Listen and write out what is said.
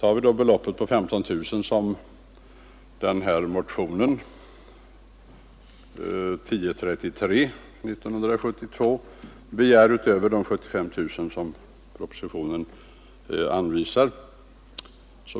Tar vi då beloppet 15 000 kronor, som motionen 1033 begär utöver de 75 000 kronor som propositionen anvisar,